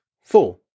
Four